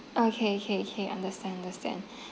okay okay okay understand understand